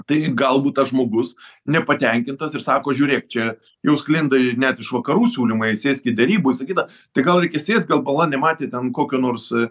tai galbūt tas žmogus nepatenkintas ir sako žiūrėk čia jau sklinda net iš vakarų siūlymai sėskit derybų visa kita tai gal reikia sėst gal bala nematė ten kokio nors